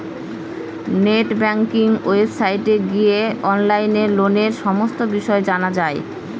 net banking ওয়েবসাইটে গিয়ে অনলাইনে লোনের সমস্ত বিষয় জানা যাবে